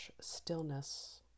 stillness